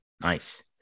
Nice